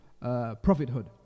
prophethood